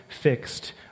fixed